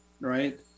right